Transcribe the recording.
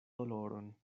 doloron